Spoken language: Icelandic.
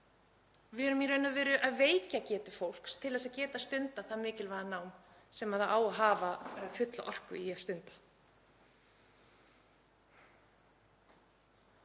Við erum í raun og veru að veikja getu fólks til að geta stundað það mikilvæga nám sem það á að hafa fulla orku til að stunda.